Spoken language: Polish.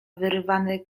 wyrwany